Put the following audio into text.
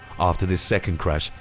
after this second crash,